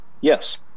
Yes